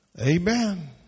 Amen